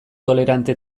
tolerante